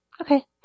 Okay